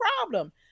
problem